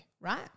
right